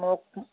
മോൾക്കും